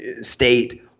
state